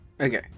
Okay